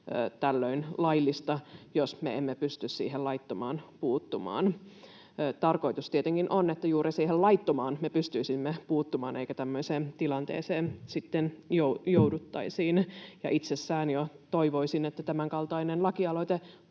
tällöin laillista, jos me emme pysty siihen laittomaan puuttumaan. Tarkoitus tietenkin on, että juuri siihen laittomaan me pystyisimme puuttumaan eikä tämmöiseen tilanteeseen sitten jouduttaisi. Itsessään jo toivoisin, että tämänkaltainen lakialoite